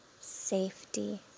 safety